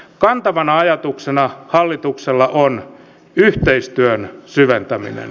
kantavana ajatuksena hallituksella on yhteistyön syventäminen